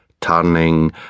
turning